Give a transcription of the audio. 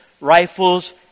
rifles